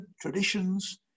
traditions